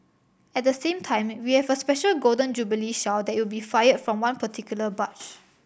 at the same time we have a special Golden Jubilee Shell that will be fired from one particular barge